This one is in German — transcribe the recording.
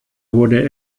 wurde